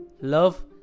love